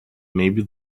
maybe